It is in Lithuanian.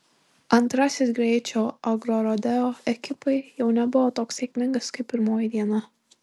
antrasis greičio agrorodeo ekipai jau nebuvo toks sėkmingas kaip pirmoji diena